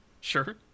Sure